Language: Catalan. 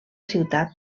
ciutat